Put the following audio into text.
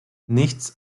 nichts